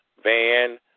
Van